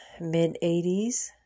mid-80s